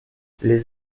les